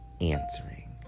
answering